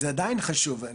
זה עדיין חשוב.